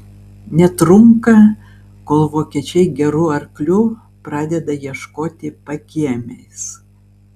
netrunka kol vokiečiai gerų arklių pradeda ieškoti pakiemiais